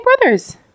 brothers